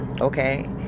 okay